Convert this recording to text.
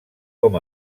com